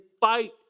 fight